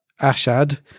Ashad